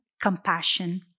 compassion